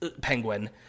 penguin